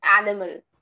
animal